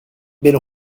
belle